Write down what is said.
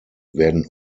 werden